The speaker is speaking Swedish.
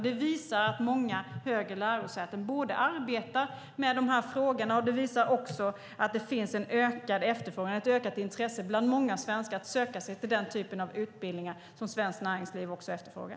Det visar att många högre lärosäten borde arbeta med de här frågorna, och det visar också att det finns en ökad efterfrågan, ett ökat intresse bland många svenskar att söka sig till den typ av utbildningar som svenskt näringsliv efterfrågar.